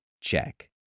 Check